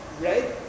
right